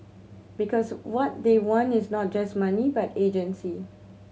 because what they want is not just money but agency